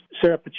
Sarah